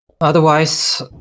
otherwise